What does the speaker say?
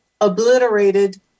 obliterated